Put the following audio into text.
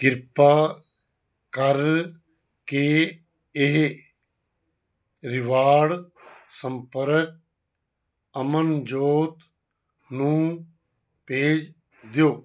ਕਿਰਪਾ ਕਰਕੇ ਇਹ ਰਿਵਾਰਡ ਸੰਪਰਕ ਅਮਨਜੋਤ ਨੂੰ ਭੇਜ ਦਿਓ